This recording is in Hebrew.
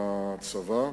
הצבא.